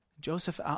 Joseph